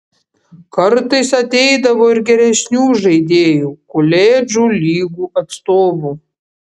kartais ateidavo ir geresnių žaidėjų koledžų lygų atstovų